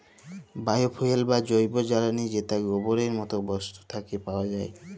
bio fuel বা জৈব জ্বালালী যেট গোবরের মত বস্তু থ্যাকে পাউয়া যায়